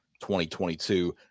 2022